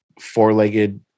four-legged